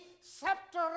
scepter